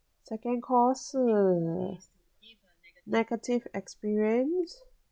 second call negative experience